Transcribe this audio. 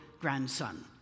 grandson